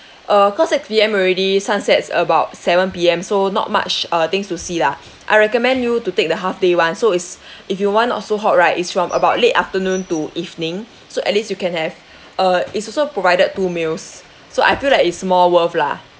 uh cause six P_M already sunsets about seven P_M so not much uh things to see lah I recommend you to take the half day [one] so is if you want not so hot right is from about late afternoon to evening so at least you can have uh is also provided two meals so I feel like it's more worth lah